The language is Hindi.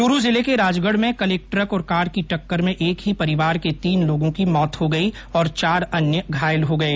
चूरू जिले के राजगढ़ में कल एक ट्रक और कार की टक्कर में एक ही परिवार के तीन लोगों की मौत हो गई और चार अन्य घायल हो गए